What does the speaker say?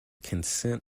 consent